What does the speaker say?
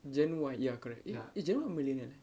gen Y ya correct eh gen Y or millennial